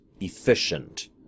efficient